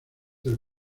del